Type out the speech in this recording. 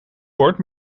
wordt